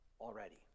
already